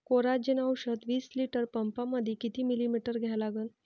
Coragen औषध विस litre पंपामंदी किती मिलीमिटर घ्या लागन?